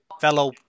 fellow